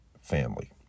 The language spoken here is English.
family